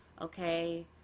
okay